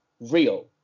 real